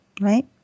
right